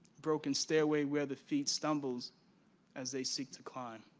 broken stairways, where the feet stumble as they seek to climb.